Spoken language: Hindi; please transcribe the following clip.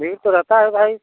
भीड़ तो रहता है भाई